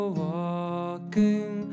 walking